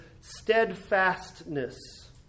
steadfastness